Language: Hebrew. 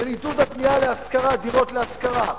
של עידוד הבנייה להשכרה, דירות להשכרה.